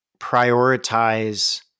prioritize